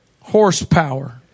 horsepower